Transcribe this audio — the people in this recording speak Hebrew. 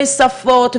משפות,